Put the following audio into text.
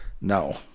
No